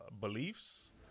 beliefs